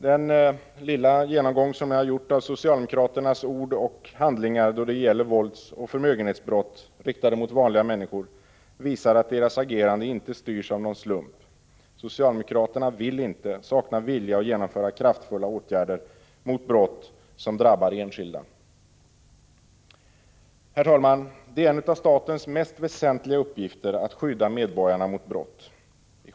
Den lilla genomgång jag har gjort av socialdemokraternas ord och handlingar då det gäller våldsoch förmögenhets brott riktade mot vanliga människor visar att deras agerande inte styrs av slumpen. Socialdemokraterna saknar vilja att genomföra kraftfulla åtgärder mot brott som drabbar enskilda. Herr talman! Det är en av statens mest väsentliga uppgifter att skydda medborgarna mot brott.